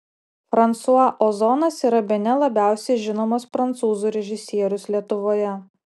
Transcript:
fransua ozonas yra bene labiausiai žinomas prancūzų režisierius lietuvoje